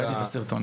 ראיתי את הסרטונים.